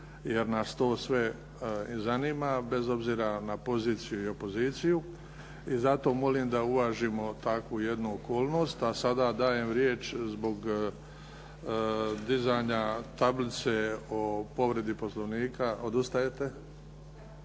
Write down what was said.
jer nas to sve zanima, bez obzira na poziciju i opoziciju. I zato molim da uvažimo takvu jednu okolnost. A sada dajem riječ zbog dizanja tablice o povredi Poslovnika. Odustajete?